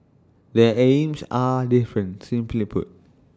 their aims are different simply put